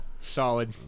Solid